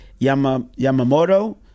Yamamoto